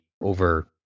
over